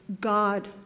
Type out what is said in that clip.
God